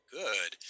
good